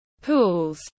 pools